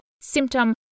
symptom